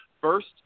First